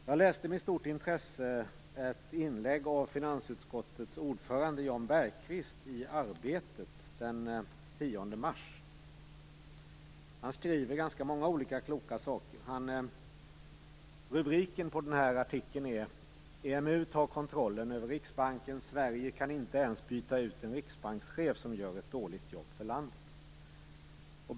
Jag läste med stort intresse ett inlägg av finansutskottets ordförande Jan Bergqvist i Arbetet den 10 mars. Han skriver ganska många kloka saker. Rubriken på artikeln är: EMU tar kontrollen över Riksbanken. Sverige kan inte ens byta ut en riksbankschef som gör ett dåligt jobb för landet.